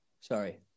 Sorry